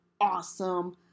awesome